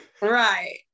Right